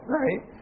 right